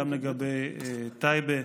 גם לגבי טייבה,